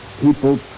people